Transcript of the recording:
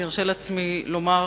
אני ארשה לעצמי לומר,